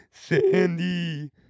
Sandy